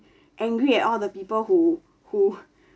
angry at all the people who who